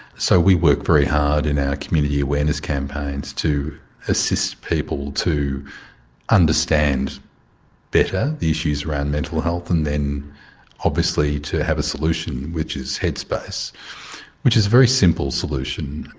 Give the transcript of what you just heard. so we work very hard in our community awareness campaigns to assist people to understand better the issues around mental health and then obviously to have a solution which is headspace which is a very simple solution.